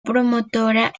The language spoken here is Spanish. promotora